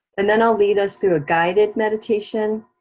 and then, i'll lead us through a guided meditation,